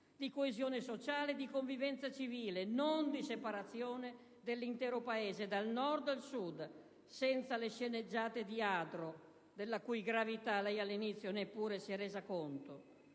di coesione sociale e di convivenza civile, non di separazione dell'intero Paese dal Nord al Sud, senza le sceneggiate di Adro, della cui gravità lei all'inizio neppure si è resa conto.